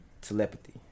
telepathy